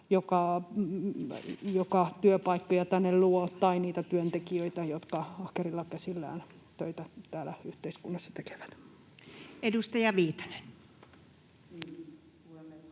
joka työpaikkoja tänne luo, tai niitä työntekijöitä, jotka ahkerilla käsillään töitä täällä yhteiskunnassa tekevät. [Speech